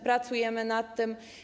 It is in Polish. Pracujemy nad tym.